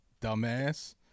dumbass